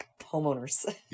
homeowners